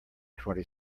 twenty